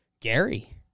Gary